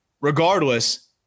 Regardless